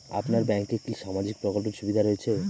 আপনার ব্যাংকে কি সামাজিক প্রকল্পের সুবিধা রয়েছে?